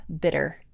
bitter